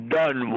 done